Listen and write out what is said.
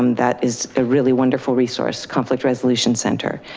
um that is a really wonderful resource conflict resolution center.